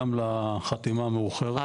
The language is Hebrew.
גם לחתימה המאוחרת וגם --- אה,